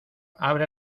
abre